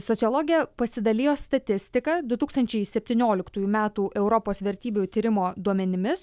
sociologė pasidalijo statistika du tūkstančiai septynioliktųjų metų europos vertybių tyrimo duomenimis